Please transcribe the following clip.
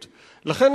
לכן,